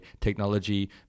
technology